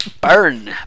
Burn